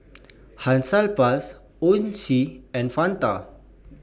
Hansaplast Oishi and Fanta